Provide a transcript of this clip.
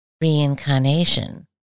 reincarnation